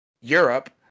europe